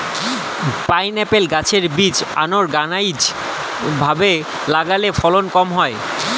pineapple গাছের বীজ unorganized ভাবে লাগালে ফলন কম হয়